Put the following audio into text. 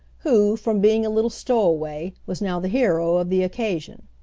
who, from being a little stowaway was now the hero of the occasion.